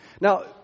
Now